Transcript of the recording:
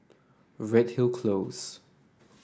Redhill Close